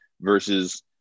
versus